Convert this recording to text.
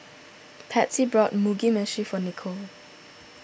Patsy bought Mugi Meshi for Nichol